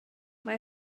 mae